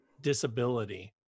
disability